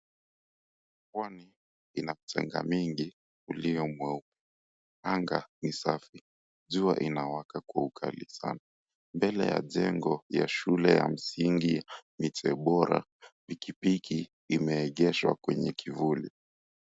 Ufuoni mna mchanga mingi ulio mweupe, anga ni safi, jua inawaka kwa ukali sana. Mbele ya njengo wa shule ya msingi Miche Bora, pikipiki imeegeshwa kwenye kivuli.